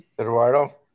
Eduardo